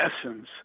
essence